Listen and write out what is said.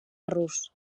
rus